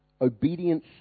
Obedience